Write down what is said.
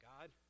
God